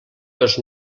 dos